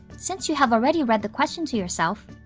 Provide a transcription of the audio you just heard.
since you have already read the question to yourself,